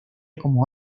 como